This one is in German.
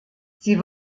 sie